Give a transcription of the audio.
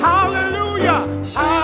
Hallelujah